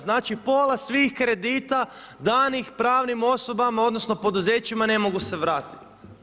Znači pola svih kredita danih pravnim osobama, odnosno, poduzećima ne mogu se vratiti.